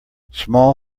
small